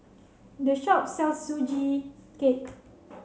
this shop sells sugee cake